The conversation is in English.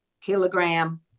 kilogram